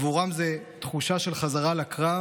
עבורם זה תחושה של חזרה לקרב